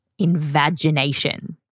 Invagination